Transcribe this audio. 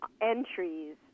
entries